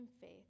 faith